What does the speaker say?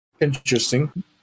Interesting